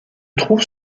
trouve